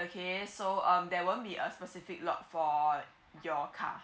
okay so um there won't be a specific lot for your car